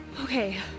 Okay